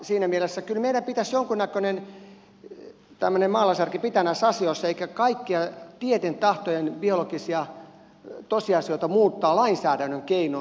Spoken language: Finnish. siinä mielessä meidän pitäisi kyllä jonkunnäköinen tämmöinen maalaisjärki pitää näissä asioissa eikä kaikkea biologisia tosiasioita tieten tahtoen muuttaa lainsäädännön keinoin